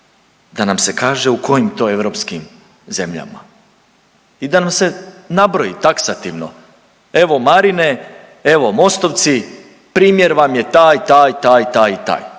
da nam se kaže u kojim to europskim zemljama i da nam se nabroji taksativno, evo Marine, evo MOST-ovci primjer vam je taj, taj, taj, taj i taj